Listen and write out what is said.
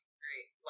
great